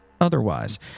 Otherwise